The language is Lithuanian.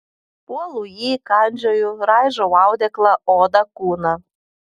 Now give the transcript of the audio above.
puolu jį kandžioju raižau audeklą odą kūną